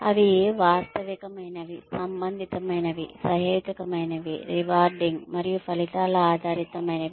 అవి వాస్తవికమైనవి సంబంధితమైనవి సహేతుకమైనవి రివార్డింగ్ మరియు ఫలితాల ఆధారితమైనవి